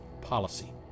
policy